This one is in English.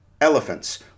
Elephants